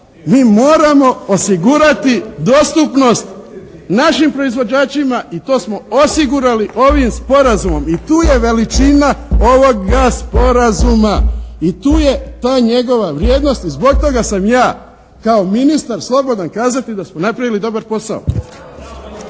Mi moramo osigurati dostupnost našim proizvođačima i to smo osigurali ovim sporazumom i tu je veličina ovoga sporazuma i tu je ta njegova vrijednost i zbog toga sam ja kao ministar slobodan kazati da smo napravili dobar posao.